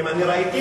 אם אני ראיתי?